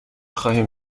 خواهیم